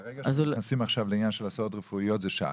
ברגע שאנחנו נכנסים עכשיו לעניין של הסעות רפואיות זה שעה.